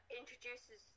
introduces